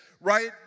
right